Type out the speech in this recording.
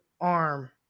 arm